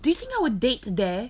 do you think I will date there